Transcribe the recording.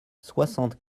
soixante